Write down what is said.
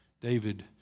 david